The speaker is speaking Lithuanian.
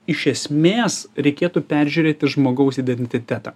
iš esmės reikėtų peržiūrėti žmogaus identitetą